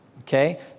okay